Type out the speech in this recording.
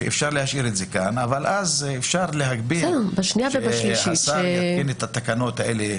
שאפשר להשאיר את זה כאן אבל אז אפשר להגביל שהשר יתקין את התקנות האלה